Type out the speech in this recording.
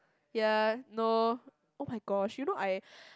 ya no oh-my-gosh you know I